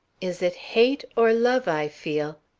is it hate or love i feel,